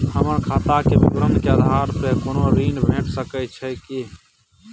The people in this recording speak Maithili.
हमर खाता के विवरण के आधार प कोनो ऋण भेट सकै छै की?